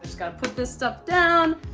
gotta put this stuff down,